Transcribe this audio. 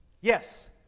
Yes